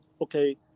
okay